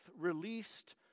released